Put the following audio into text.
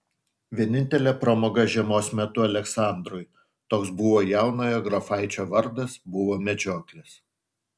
vienintelė pramoga žiemos metu aleksandrui toks buvo jaunojo grafaičio vardas buvo medžioklės